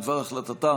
בדבר החלטתה